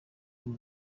w’u